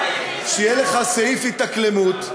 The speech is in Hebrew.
שיהיה לך סעיף התאקלמות,